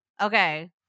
Okay